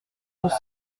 nous